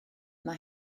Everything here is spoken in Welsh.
mae